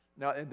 Now